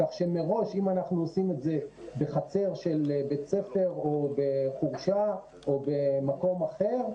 כך שמראש אם אנחנו עושים את זה בחצר של בית ספר או בחורשה או במקום אחר,